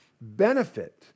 benefit